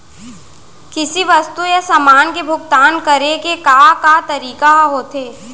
किसी वस्तु या समान के भुगतान करे के का का तरीका ह होथे?